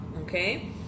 Okay